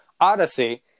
Odyssey